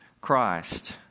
Christ